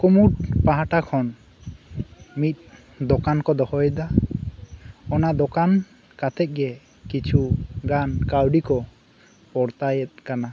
ᱠᱩᱢᱩᱴ ᱯᱟᱦᱟᱴᱟ ᱠᱷᱚᱱ ᱢᱤᱫ ᱫᱚᱠᱟᱱᱠᱩ ᱫᱚᱦᱚᱭᱮᱫᱟ ᱚᱱᱟ ᱫᱚᱠᱟᱱ ᱠᱟᱛᱮᱫ ᱜᱤ ᱠᱤᱪᱷᱩᱜᱟᱱ ᱠᱟᱹᱣᱰᱤ ᱠᱩ ᱯᱚᱲᱛᱟᱭᱮᱫ ᱠᱟᱱᱟ